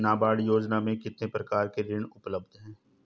नाबार्ड योजना में कितने प्रकार के ऋण उपलब्ध हैं?